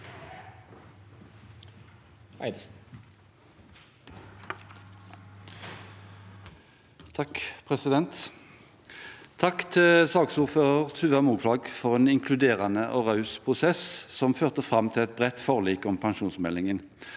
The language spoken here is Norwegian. (Sp) Takk til saksord- fører Tuva Moflag for en inkluderende og raus prosess, som førte fram til et bredt forlik om pensjonsmeldingen.